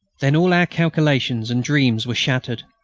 then all our calculations and dreams were shattered.